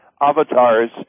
avatars